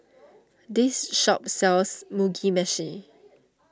this shop sells Mugi Meshi